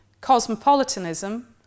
cosmopolitanism